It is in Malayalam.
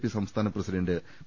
പി സംസ്ഥാന പ്രസിഡന്റ് പി